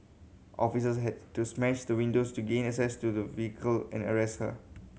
officers had to smash the windows to gain access to the vehicle and arrest her